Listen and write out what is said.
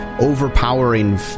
overpowering